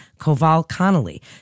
Koval-Connolly